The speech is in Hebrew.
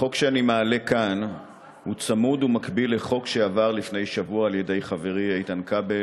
החוק שאני מעלה כאן צמוד ומקביל לחוק שהעביר לפני שבוע חברי איתן כבל,